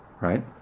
right